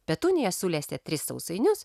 petunija sulesė tris sausainius